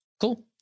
Cool